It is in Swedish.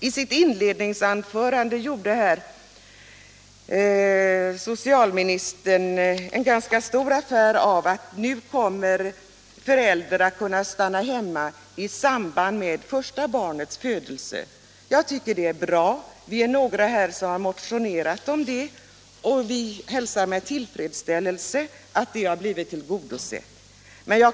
I sitt inledningsanförande gjorde socialministern en ganska stor affär av att fadern nu kommer att kunna stanna hemma i samband med första barnets födelse, och jag tycker förslaget på den punkten är bra. Vi är några här som har motionerat om detta, och vi hälsar med tillfredsställelse att våra önskemål blivit tillgodosedda.